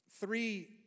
Three